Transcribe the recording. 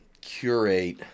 curate